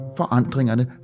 forandringerne